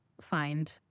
find